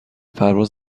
پرواز